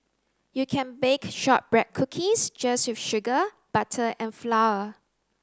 you can bake shortbread cookies just with sugar butter and flour